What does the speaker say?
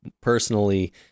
personally